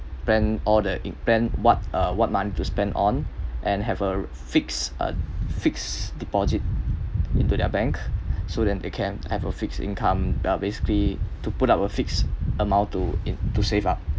plan all the plan what uh what money to spend on and have a fixed a fixed deposit into their bank so that they can have a fixed income uh basically to put up a fixed amount to in to save up